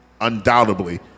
undoubtedly